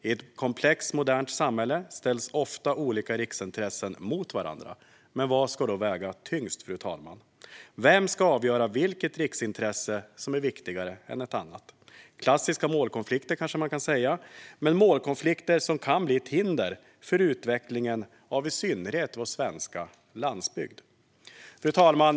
I ett komplext modernt samhälle ställs ofta olika riksintressen mot varandra. Vad ska då väga tyngst? Vem ska avgöra vilket riksintresse som är viktigare än ett annat? Att det är klassiska målkonflikter kan man kanske säga, men det är målkonflikter som kan bli ett hinder för utvecklingen av i synnerhet vår svenska landsbygd. Fru talman!